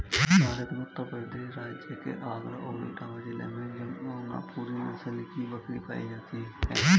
भारत में उत्तर प्रदेश राज्य के आगरा और इटावा जिले में जमुनापुरी नस्ल की बकरी पाई जाती है